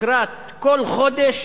לקראת כל חודש